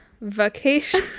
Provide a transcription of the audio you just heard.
vacation